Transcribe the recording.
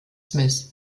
smith